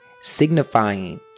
signifying